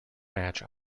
match